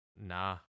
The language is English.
nah